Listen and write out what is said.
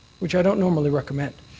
which i don't normally recommend.